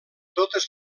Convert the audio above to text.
totes